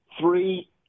three